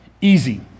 Easy